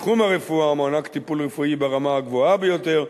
בתחום הרפואה מוענק טיפול רפואי ברמה הגבוהה ביותר,